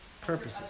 purposes